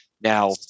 Now